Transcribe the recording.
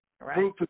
Right